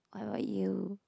what about you